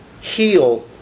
heal